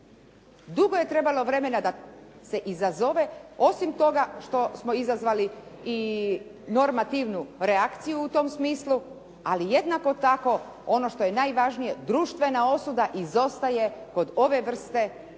Dugo je trebalo vremena da se izazove osim toga što smo izazvali i normativnu reakciju u tom smislu ali jednako tako ono što je najvažnije društvena osuda izostaje kod ove vrste delikata,